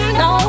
no